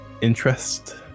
interest